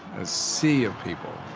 a sea of people.